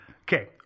Okay